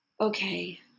Okay